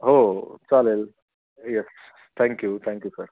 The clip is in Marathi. हो चालेल येस थँक्यू थँक्यू सर